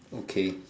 okay